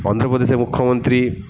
অন্ধ্রপ্রদেশের মুখ্যমন্ত্রী